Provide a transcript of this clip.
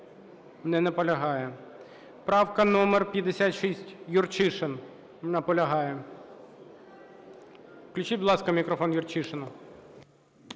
Не наполягає. Правка номер 56, Юрчишин. Наполягає. Включіть, будь ласка, мікрофон Юрчишину.